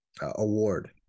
award